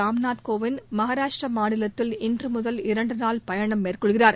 ராம்நாத் கோவிந்த் மகாராஷ்ட்டிர மாநிலத்தில் இன்று முதல் இரண்டு நாள் பயணம் மேற்கொள்கிறார்